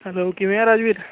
hello ਕਿਵੇਂ ਆ ਰਾਜਵੀਰ